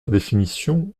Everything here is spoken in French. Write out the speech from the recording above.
définition